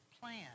plan